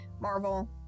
Marvel